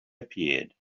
appeared